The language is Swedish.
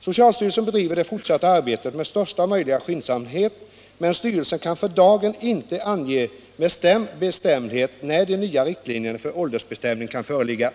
Socialstyrelsen bedriver det fortsatta arbetet med största möjliga skyndsamhet men styrelsen kan för dagen inte ange med bestämdhet när de nya riktlinjerna för åldersbestämning kan föreligga.